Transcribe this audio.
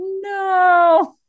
no